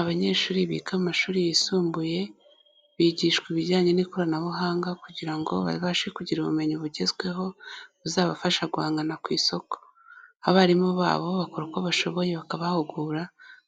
Abanyeshuri biga amashuri yisumbuye, bigishwa ibijyanye n'ikoranabuhanga kugirango bazabashe kugira ubumenyi bugezweho buzabafasha guhangana ku isoko. Abarimu babo bakora uko bashoboye bakabahugura